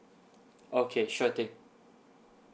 okay sure thing